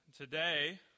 Today